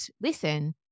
listen